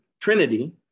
Trinity